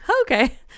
Okay